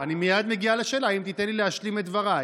אני מייד מגיע לשאלה, אם תיתן לי להשלים את דבריי.